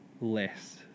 less